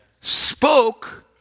spoke